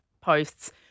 posts